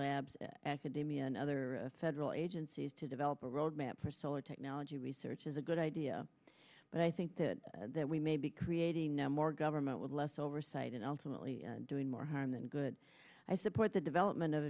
labs academia and other federal agencies to develop a road map for solar technology research is a good idea but i think that that we may be creating now more government with less oversight and ultimately doing more harm than good i support the development of